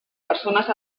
persones